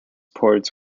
ports